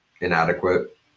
inadequate